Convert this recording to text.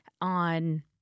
on